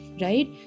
Right